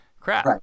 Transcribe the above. crap